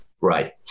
Right